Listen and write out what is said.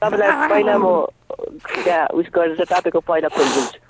तपाईँलाई पहिला म त्यहाँ ऊ यस गरेर तपाईँको पहिला खोलिदिन्छु